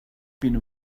been